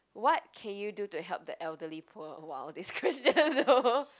what can you do to help the elderly poor !wow! this question though